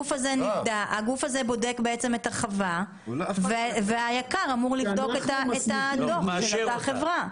בודק בעצם את החווה והיק"ר אמור לבדוק את הדוח של אותה חברה.